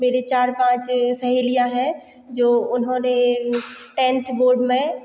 मेरी चार पाँच सहेलियाँ है जो उन्होंने टेंथ बोर्ड में